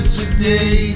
today